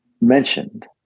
mentioned